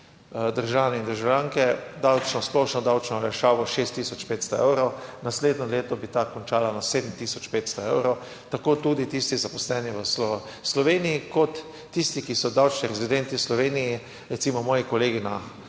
državljani in državljanke davčno splošno davčno olajšavo 6 tisoč 500 evrov, naslednje leto bi ta končala na 7 tisoč 500 evrov. Tako tudi tisti zaposleni v Sloveniji, kot tisti, ki so davčni rezidenti v Sloveniji, recimo moji kolegi